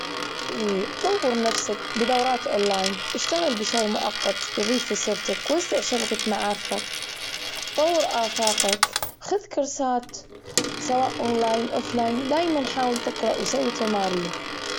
إي، طور نفسك بدورات أونلاين، اشتغل بشي مؤقت يضيف لسيرتك، وسع شبكة معارفك، طور آفاقك، خذ كورسات سواء أونلاين أوف لاين، دائما حاول تقرأ وسوي تمارين.